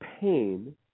pain